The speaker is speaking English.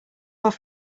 off